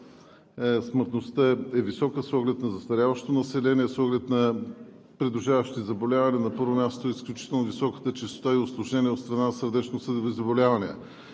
смъртността е висока с оглед на застаряващото население, с оглед на придружаващите заболявания – на първо място, изключително високата честота и усложнения от страна на сърдечносъдови заболявания.